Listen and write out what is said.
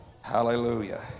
Hallelujah